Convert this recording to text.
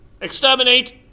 Exterminate